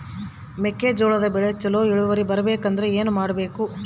ಮೆಕ್ಕೆಜೋಳದ ಬೆಳೆ ಚೊಲೊ ಇಳುವರಿ ಬರಬೇಕಂದ್ರೆ ಏನು ಮಾಡಬೇಕು?